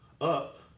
up